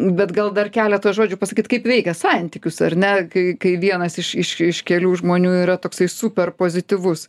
bet gal dar keletą žodžių pasakyt kaip veikia santykius ar ne kai kai vienas iš iš iš kelių žmonių yra toksai superpozityvus